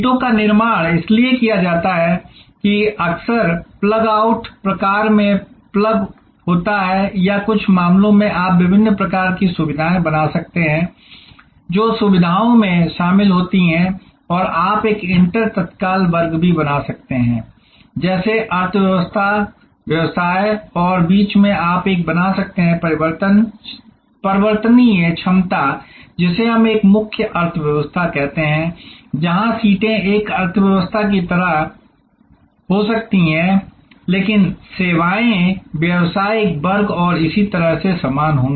सीटों का निर्माण इसलिए किया जाता है कि अक्सर प्लग आउट प्रकार में प्लग होता है या कुछ मामलों में आप विभिन्न प्रकार की सुविधाएं बना सकते हैं जो सुविधाओं में शामिल होती हैं और आप एक इंटर तत्काल वर्ग भी बना सकते हैं जैसे अर्थव्यवस्था व्यवसाय और बीच में आप एक बना सकते हैं परिवर्तनीय क्षमता जिसे हम एक प्रमुख अर्थव्यवस्था कहते हैं जहाँ सीटें एक अर्थव्यवस्था की सीट हो सकती हैं लेकिन सेवाएँ व्यावसायिक वर्ग और इसी तरह से समान होंगी